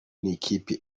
n’ikipe